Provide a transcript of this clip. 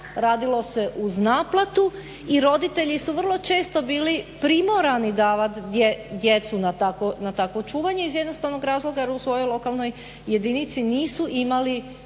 radilo se uz naplatu i roditelji su vrlo često bili primorani davat djecu na takvo čuvanje iz jednostavnog razloga jer u svojoj lokalnoj jedinici nisu imali